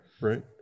right